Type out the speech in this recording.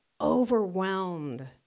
overwhelmed